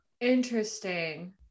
Interesting